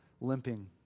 limping